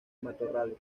matorrales